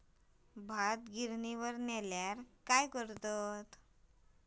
भात गिर्निवर नेल्यार काय करतत?